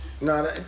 No